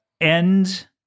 end